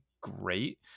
great